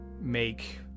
make